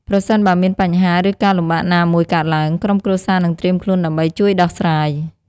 ប្រសិនបើមានបញ្ហា ឬការលំបាកណាមួយកើតឡើង ក្រុមគ្រួសារនឹងត្រៀមខ្លួនដើម្បីជួយដោះស្រាយ។